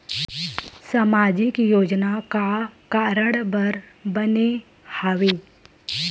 सामाजिक योजना का कारण बर बने हवे?